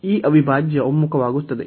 ಈ ಅವಿಭಾಜ್ಯ ಒಮ್ಮುಖವಾಗುತ್ತದೆ